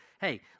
hey